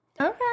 Okay